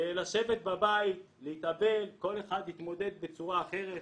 לשבת בבית ולהתאבל, כל אחד מתמודד בצורה אחרת,